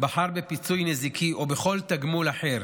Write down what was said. בחר בפיצוי נזיקי או בכל תגמול אחר